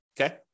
okay